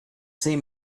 same